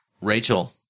Rachel